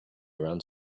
around